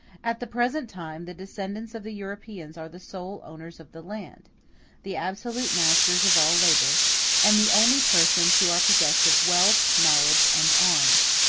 at the present time the descendants of the europeans are the sole owners of the land the absolute masters of all labor and the only persons who are possessed of wealth, knowledge, and arms.